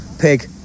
pig